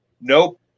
Nope